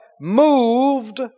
moved